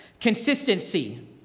Consistency